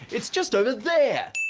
it's just over there.